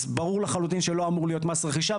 אז ברור לחלוטין שלא אמור להיות מס רכישה,